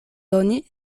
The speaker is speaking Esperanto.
doni